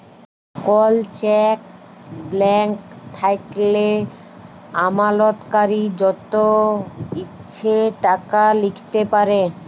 call cheque blank থ্যাইকলে আমালতকারী যত ইছে টাকা লিখতে পারে